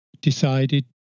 decided